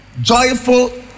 joyful